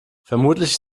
vermutlich